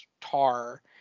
Tar